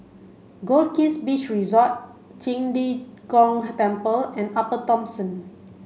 Goldkist Beach Resort Qing De Gong Temple and Upper Thomson